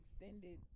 extended